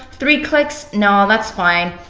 three clicks, no, that's fine.